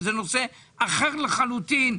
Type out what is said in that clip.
שהוא נושא אחר לחלוטין,